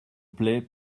plait